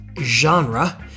genre